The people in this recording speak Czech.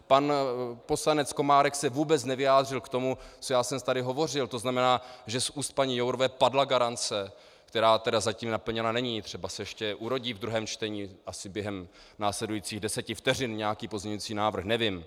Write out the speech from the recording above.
Pan poslanec Komárek se vůbec nevyjádřil k tomu, o čem já jsem tady hovořil, tzn. že z úst paní Jourové padla garance, která tedy zatím naplněna není, třeba se ještě urodí ve druhém čtení, asi během následujících deseti vteřin nějaký pozměňující návrh, nevím.